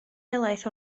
helaeth